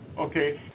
Okay